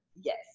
Yes